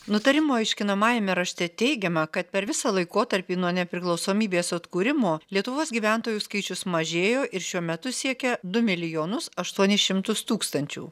nutarimo aiškinamajame rašte teigiama kad per visą laikotarpį nuo nepriklausomybės atkūrimo lietuvos gyventojų skaičius mažėjo ir šiuo metu siekia du milijonus aštuonis šimtus tūkstančių